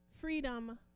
freedom